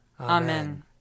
Amen